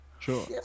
sure